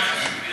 זה הכלי.